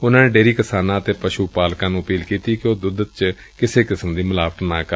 ਉਨੂਾਂ ਨੇ ਡੇਅਰੀ ਕਿਸਾਨਾਂ ਅਤੇ ਪਸੁ ਪਾਲਕਾਂ ਨੂੰ ਅਪੀਲ ਕੀਤੀ ਕਿ ਉਹ ਦੁੱਧ ਚ ਕਿਸੇ ਕਿਸਮ ਦੀ ਮਿਲਾਵਟ ਨਾ ਕਰਨ